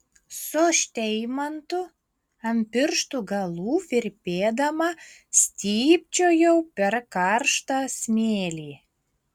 su šteimantu ant pirštų galų virpėdama stypčiojau per karštą smėlį